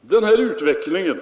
Den utveckling